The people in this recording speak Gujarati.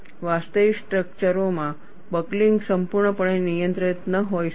વાસ્તવિક સ્ટ્રક્ચર ઓમાં બકલિંગ સંપૂર્ણપણે નિયંત્રિત ન હોઈ શકે